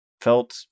felt